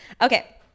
Okay